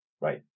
right